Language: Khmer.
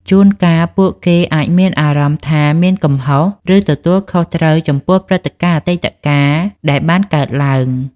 ជួនកាលពួកគេអាចមានអារម្មណ៍ថាមានកំហុស ឬទទួលខុសត្រូវចំពោះព្រឹត្តិការណ៍អតីតកាលដែលបានកើតឡើង។